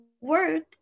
work